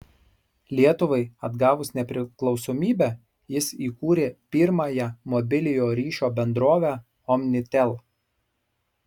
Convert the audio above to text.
lietuvai atgavus nepriklausomybę jis įkūrė pirmąją mobiliojo ryšio bendrovę omnitel